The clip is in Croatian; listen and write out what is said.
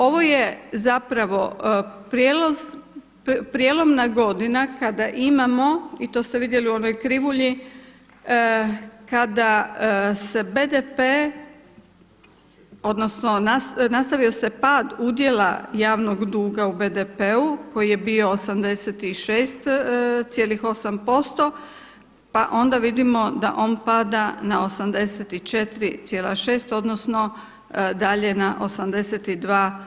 Ovo je zapravo prijelomna godina kada imamo i to ste vidjeli u onoj krivulji kada se BDP odnosno nastavio se pad udjela javnog duga u BDP-u koji je bio 86,8% pa onda vidimo da on pada na 84,6 odnosno dalje na 82%